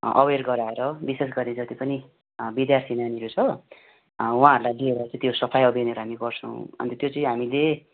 अवेर गराएर विशेष गरी जति पनि विद्यार्थी नानीहरू छ उहाँहरूलाई लिएर चाहिँ त्यो सफाइ अभियानहरू हामी गर्छौँ अन्त त्यो चाहिँ हामीले